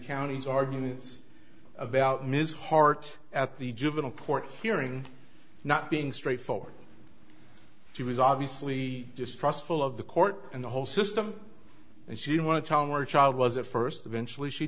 county's arguments about ms hart at the juvenile court hearing not being straightforward she was obviously distrustful of the court and the whole system and she didn't want to tell her child was a first eventually she